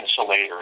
insulator